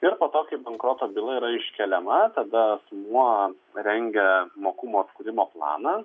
ir po to kai bankroto byla yra iškeliama tada asmuo rengia mokumo atkūrimo planą